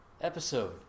episode